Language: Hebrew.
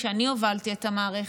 כשאני הובלתי את המערכת,